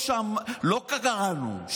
לא קראנו,